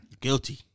Guilty